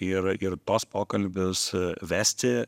ir ir tuos pokalbius vesti